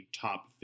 top